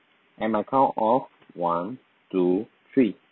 at my count of one two three